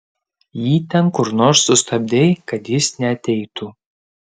jį ten kur nors sustabdei kad jis neateitų